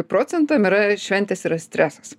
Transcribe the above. procentam yra šventės yra stresas